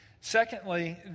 Secondly